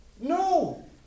No